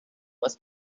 was